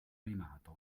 animato